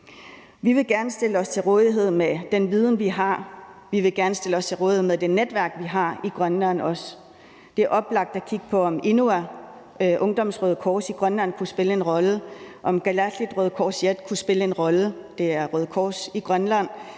Vi vil gerne stille os til rådighed med den viden, vi har. Vi vil gerne stille os til rådighed med det netværk, vi har i Grønland. Det er oplagt at kigge på, om INUA, Ungdommens Røde Kors i Grønland, kunne spille en rolle, om Kalaallit Røde Korsiat kunne spille en rolle – det er Røde Kors i Grønland